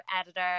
editor